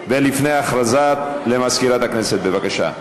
הודעה למזכירת הכנסת, בבקשה.